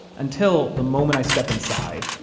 until the moment i step inside,